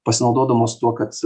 pasinaudodamos tuo kad